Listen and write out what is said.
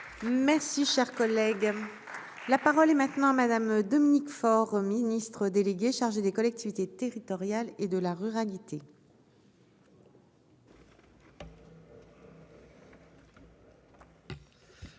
Merci cher collègue. Là. Parole et maintenant madame Madame Dominique Faure au Ministre délégué chargé des collectivités territoriales et de la ruralité. Merci